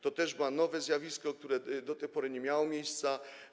To nowe zjawisko, które do tej pory nie miało miejsca.